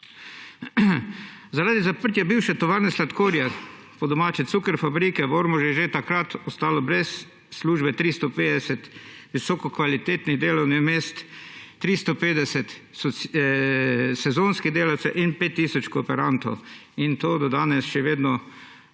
Zaradi zaprtja bivše tovarne sladkorja, po domače cuker fabrike, v Ormožu je že takrat ostalo brez službe 350 visoko kvalitetnih delovnih mest, 350 sezonskih delavcev in 5 tisoč kooperantov. Do danes ta